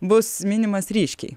bus minimas ryškiai